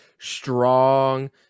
strong